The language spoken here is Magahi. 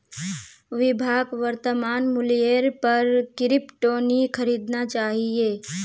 विभाक वर्तमान मूल्येर पर क्रिप्टो नी खरीदना चाहिए